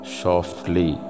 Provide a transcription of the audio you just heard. softly